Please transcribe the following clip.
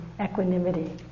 equanimity